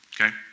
okay